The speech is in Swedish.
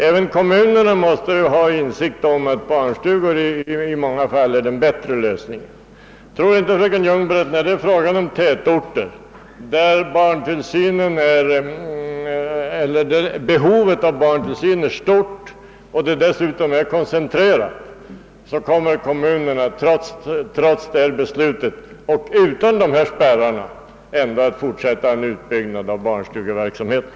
Även kommunerna måste ju ha insikt om att barnstugor i många fall utgör den bättre lösningen. Tror inte fröken Ljungberg att kommunerna, när det är fråga om tätorter där behovet av barntillsyn är stort och dessutom koncentrerat, trots ett sådant beslut och utan dessa spärrar kommer att fortsätta med utbyggnaden av barnstugeverksamheten?